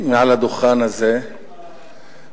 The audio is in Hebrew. מעל הדוכן הזה וגם,